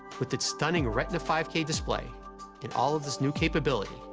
with its stunning retina five k display and all of this new capability,